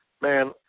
Man